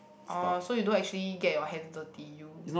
orh so you don't actually get your hands dirty you